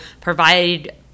provide